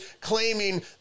claiming